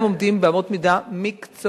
האם עומדים באמות מידה מקצועיות